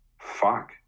fuck